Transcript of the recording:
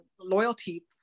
loyalty